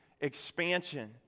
expansion